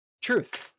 Truth